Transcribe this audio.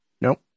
Nope